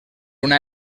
una